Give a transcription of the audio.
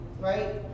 right